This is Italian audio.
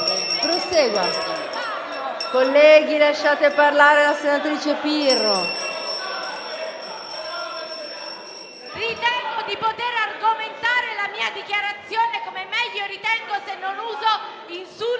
ritengo di poter argomentare la mia dichiarazione come meglio credo, se non uso insulti